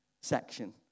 section